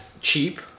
cheap